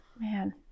Man